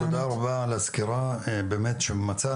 תודה רבה על הסקירה באמת שמוצה,